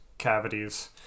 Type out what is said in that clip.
cavities